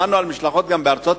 שמענו גם על משלחות בארצות-הברית